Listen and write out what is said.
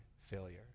failure